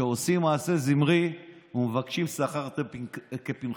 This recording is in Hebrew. שעושים מעשה זמרי ומבקשים שכר כפנחס.